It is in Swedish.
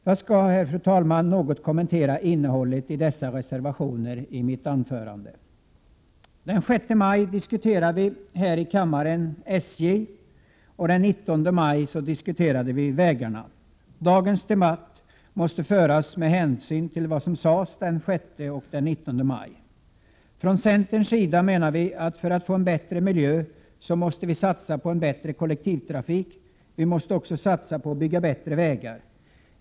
Jag skall, fru talman, i mitt anförande något kommentera innehållet i dessa reservationer. Den 6 maj diskuterade vi SJ här i kammaren och den 19 maj vägarna. Dagens debatt måste föras med hänsyn till vad som sades den 6 och den 19 maj. Från centerns sida menar vi att man måste satsa på en bättre kollektivtrafik för att få en bättre miljö. Man måste också satsa på att bygga bättre vägar.